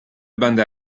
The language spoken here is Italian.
banda